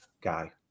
guy